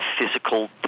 physical